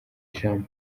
jean